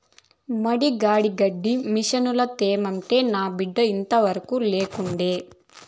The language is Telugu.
మడి కాడి గడ్డి మిసనుల తెమ్మంటే నా బిడ్డ ఇంతవరకూ లేకుండే